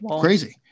Crazy